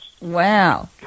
Wow